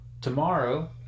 tomorrow